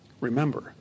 remember